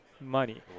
money